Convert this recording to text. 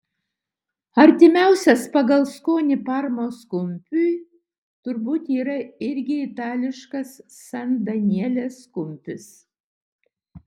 artimiausias pagal skonį parmos kumpiui turbūt yra irgi itališkas san danielės kumpis